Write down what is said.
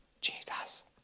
Jesus